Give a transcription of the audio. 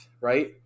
right